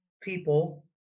people